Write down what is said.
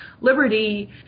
liberty